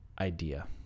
idea